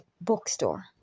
bookstore